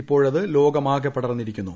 ഇപ്പോഴത് ലോകമാകെ പടർന്നിരിക്കുന്നു